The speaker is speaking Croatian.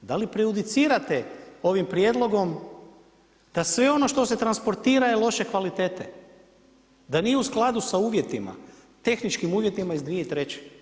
Da li prejudicirate ovim prijedlogom da sve ono što se transportira je loše kvalitete, da nije u skladu s uvjetima, tehničkim uvjetima iz 2003.